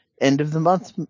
end-of-the-month